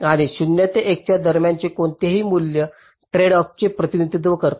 आणि 0 ते 1 दरम्यानचे कोणतेही मूल्य हे ट्रेडऑफचे प्रतिनिधित्व करते